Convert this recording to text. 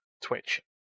Twitch